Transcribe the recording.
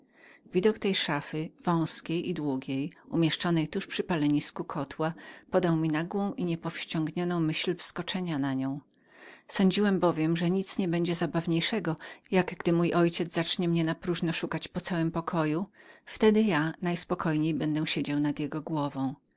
widok tej szafy wązkiej i długiej umieszczonej tuż przy piecu z kotłem na wierzchu podał mi nagłą i niepowściągnioną myśl wskoczenia na nią sądziłem bowiem że nic nie będzie zabawniejszego jak gdy mój ojciec zacznie mnie napróżno szukać po całym pokoju wtedy gdy ja najspokojniej będę siedział nad jego głową